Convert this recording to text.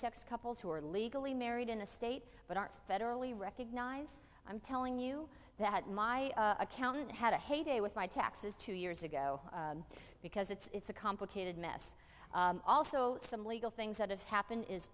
sex couples who are legally married in a state but aren't federally recognized i'm telling you that my accountant had a heyday with my taxes two years ago because it's a complicated mess also some legal things that have happened is